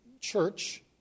church